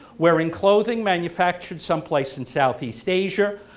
wearing clothing manufactured someplace in southeast asia,